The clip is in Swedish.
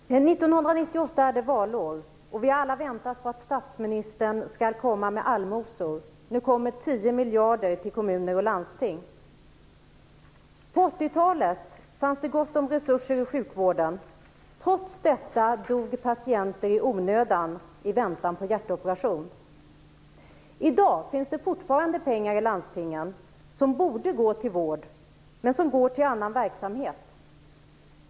Fru talman! 1998 år det valår. Vi har alla väntat på att statsministern skall komma med allmosor. Nu kommer 10 miljarder till kommuner och landsting. På 80-talet fanns det gott om resurser inom sjukvården. Trots det dog patienter i onödan i väntan på hjärtoperation. Fortfarande finns det pengar i landstingen som borde gå till vård, men som går till annan verksamhet.